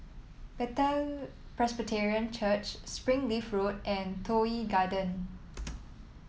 Bethel Presbyterian Church Springleaf Road and Toh Yi Garden